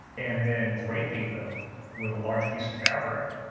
and then draping them with a large piece of fabric,